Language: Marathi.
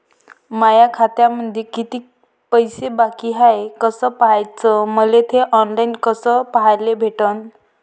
माया खात्यामंधी किती पैसा बाकी हाय कस पाह्याच, मले थे ऑनलाईन कस पाह्याले भेटन?